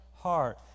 heart